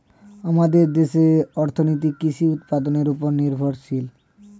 আমাদের দেশের অর্থনীতি কৃষি উৎপাদনের উপর নির্ভরশীল